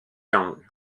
yang